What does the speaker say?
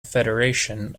federation